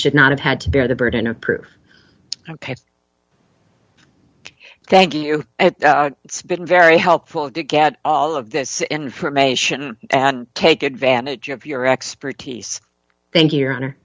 should not have had to bear the burden of proof ok thank you it's been very helpful to get all of this information take advantage of your expertise thank you your honor